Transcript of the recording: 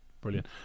Brilliant